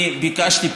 אני ביקשתי,